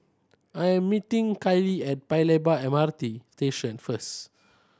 I am meeting Kiley at Paya Lebar M R T Station first